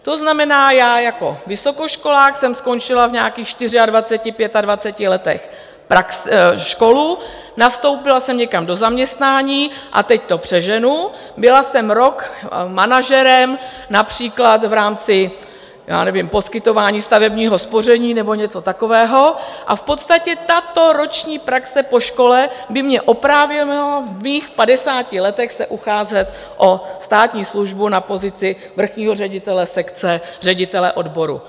To znamená, já jako vysokoškolák jsem skončila v nějakých čtyřiadvaceti, pětadvaceti letech školu, nastoupila jsem někam do zaměstnání a teď to přeženu byla jsem rok manažerem, například v rámci já nevím poskytování stavebního spoření nebo něco takového, a v podstatě tato roční praxe po škole by mě opravňovala v mých padesáti letech se ucházet o státní službu na pozici vrchního ředitele sekce ředitele odboru.